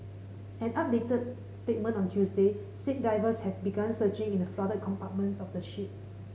an updated statement on Tuesday said divers have begun searching in the flooded compartments of the ship